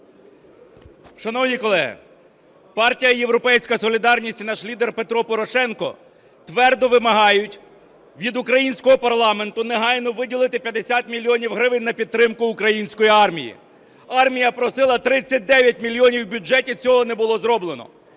Шановні колеги, партія "Європейська солідарність" і наш лідер Петро Порошенко твердо вимагають від українського парламенту негайно виділити 50 мільйонів гривень на підтримку української армії. Армія просила 39 мільйонів в бюджеті, цього не було зроблено.